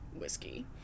whiskey